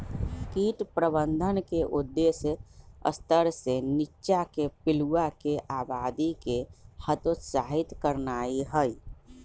कीट प्रबंधन के उद्देश्य स्तर से नीच्चाके पिलुआके आबादी के हतोत्साहित करनाइ हइ